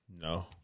no